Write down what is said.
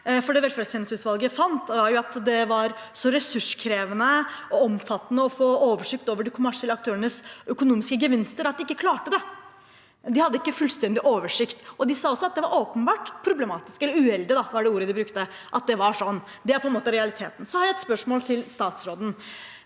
velferdstjenesteutvalget fant, var jo at det var så ressurskrevende og omfattende å få oversikt over de kommersielle aktørenes økonomiske gevinster at de ikke klarte det. De hadde ikke fullstendig oversikt, og de sa at det var åpenbart problematisk – eller uheldig, som var ordet de brukte – at det var sånn. Det er på en måte realiteten. Jeg har et spørsmål til statsråden.